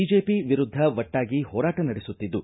BJP ವಿರುದ್ಧ ಒಟ್ಟಾಗಿ ಹೋರಾಟ ನಡೆಸುತ್ತಿದ್ದು